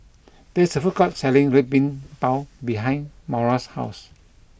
there is a food court selling red bean Bao behind Moira's house